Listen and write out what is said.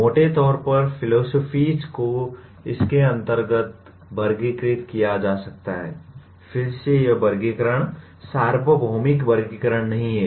मोटे तौर पर फिलोसोफीज को इसके अंतर्गत वर्गीकृत किया जा सकता है फिर से यह वर्गीकरण सार्वभौमिक वर्गीकरण नहीं है